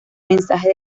mensajes